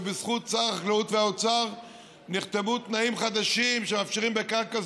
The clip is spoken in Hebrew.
ובזכות שר החקלאות והאוצר נחתמו תנאים חדשים שמאפשרים בקרקע,